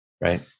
Right